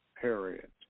period